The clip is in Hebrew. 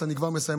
אני כבר מסיים,